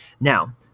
Now